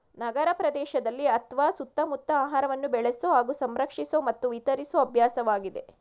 ನಗರಪ್ರದೇಶದಲ್ಲಿ ಅತ್ವ ಸುತ್ತಮುತ್ತ ಆಹಾರವನ್ನು ಬೆಳೆಸೊ ಹಾಗೂ ಸಂಸ್ಕರಿಸೊ ಮತ್ತು ವಿತರಿಸೊ ಅಭ್ಯಾಸವಾಗಿದೆ